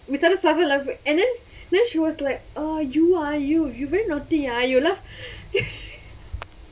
we started to laugh and then then she was like !aiyo! ah you you very naughty ah you laugh